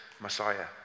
Messiah